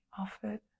offered